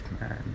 man